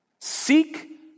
Seek